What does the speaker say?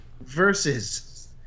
versus